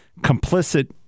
complicit